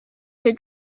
could